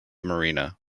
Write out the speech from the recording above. marina